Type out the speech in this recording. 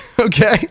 Okay